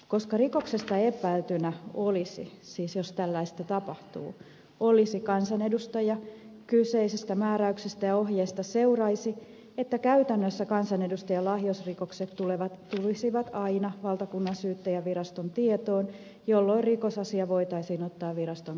koska rikoksesta epäiltynä olisi siis jos tällaista tapahtuu kansanedustaja kyseisestä määräyksestä ja ohjeesta seuraisi että käytännössä kansanedustajan lahjusrikokset tulisivat aina valtakunnansyyttäjänviraston tietoon jolloin rikosasia voitaisiin ottaa viraston käsiteltäväksi